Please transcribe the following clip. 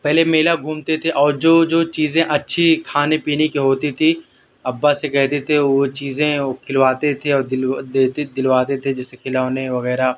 پہلے میلا گھومتے تھے اور جو جو چیزیں اچھی کھانے پینے کی ہوتی تھی ابا سے کہتے تھے وہ چیزیں وہ کھلواتے تھے اور دیتے دلواتے تھے جیسے کہ کھلونے وغیرہ